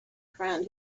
friend